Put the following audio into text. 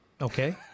Okay